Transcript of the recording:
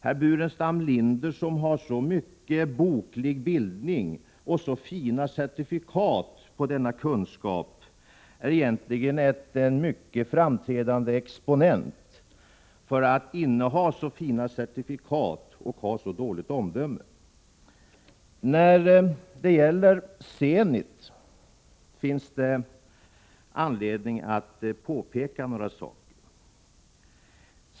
Herr Burenstam Linder, som har så mycket av boklig bildning och så fina certifikat på sina kunskaper, är egentligen alltför framträdande och har, som sagt, alltför fina certifikat för att kunna tillåta sig att exponera ett så dåligt omdöme. När det gäller Zenit finns det anledning att påpeka några saker.